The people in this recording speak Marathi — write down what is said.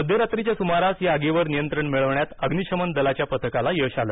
मध्यरात्रीच्या सुमारास या आगीवर नियंत्रण मिळविण्यात अग्निशमन दलाच्या पथकाला यश आले